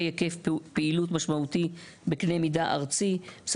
היקף פעילות משמעותי בקנה מידה ארצית בלבד.".